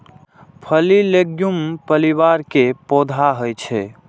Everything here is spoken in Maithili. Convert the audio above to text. फली लैग्यूम परिवार के पौधा होइ छै